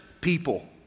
people